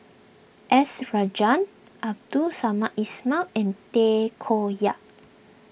S Rajendran Abdul Samad Ismail and Tay Koh Yat